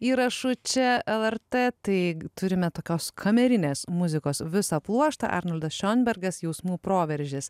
įrašų čia lrt taigi turime tokios kamerinės muzikos visą pluoštą arnoldą šanbergas jausmų proveržis